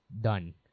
done